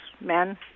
men